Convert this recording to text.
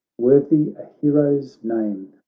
worthy a hero's name,